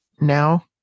now